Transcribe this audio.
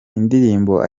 indirimbo